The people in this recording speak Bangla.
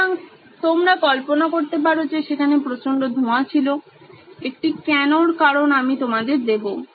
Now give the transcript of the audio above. সুতরাং তোমরা কল্পনা করতে পারো যে সেখানে প্রচন্ড ধোঁয়া ছিল একটি কেনো র কারণ আমি তোমাদের দেবো